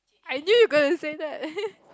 I knew you were gonna say that